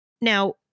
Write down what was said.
Now